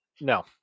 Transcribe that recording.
No